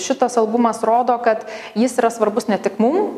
šitas albumas rodo kad jis yra svarbus ne tik mum